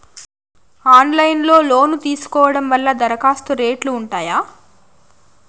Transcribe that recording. Online లో loan తీసుకోవడం వల్ల దరఖాస్తు రేట్లు ఉంటాయా?